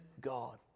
god